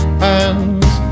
hands